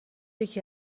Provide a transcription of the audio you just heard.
یکی